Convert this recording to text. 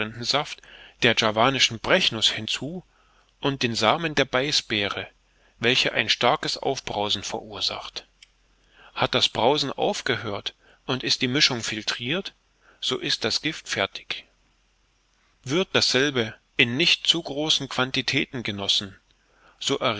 der javanischen brechnuß dazu und den samen der beißbeere welcher ein starkes aufbrausen verursacht hat das brausen aufgehört und ist die mischung filtrirt so ist das gift fertig wird dasselbe in nicht zu großen quantitäten genossen